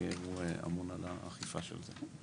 הוא אמון על האכיפה של זה.